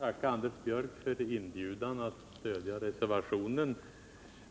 Herr talman! Jag tackar Anders Björck för inbjudan att stödja reservationen,